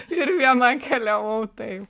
ir viena keliavau taip